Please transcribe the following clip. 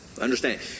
Understand